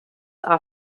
are